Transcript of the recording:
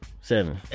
seven